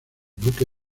duque